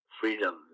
freedom